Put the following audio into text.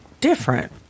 different